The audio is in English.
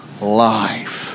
life